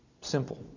Simple